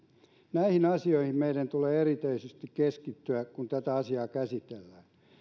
näihin asioihin meidän tulee erityisesti keskittyä kun tätä asiaa käsitellään